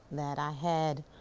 that i had